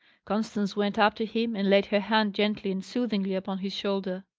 constance went up to him and laid her hand gently and soothingly upon his shoulder.